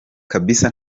kabisa